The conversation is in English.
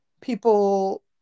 people